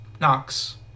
Knox